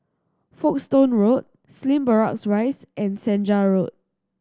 Folkestone Road Slim Barracks Rise and Senja Road